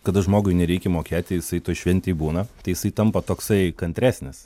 kada žmogui nereikia mokėti jisai toj šventėj būna tai jisai tampa toksai kantresnis